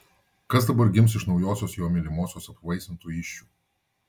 kas dabar gims iš naujosios jo mylimosios apvaisintų įsčių